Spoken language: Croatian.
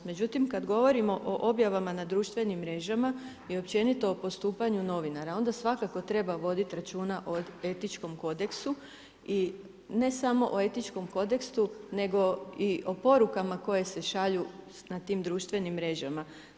Međutim kad govorimo o objavama na društvenim mrežama i općenito o postupanju novinara, onda svakako treba voditi računa o etičkom kodeksu i ne samo o etičkom kodeksu nego i o porukama koje se šalju na tim društvenim mrežama.